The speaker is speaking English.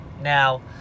now